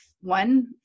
one